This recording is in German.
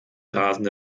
rasende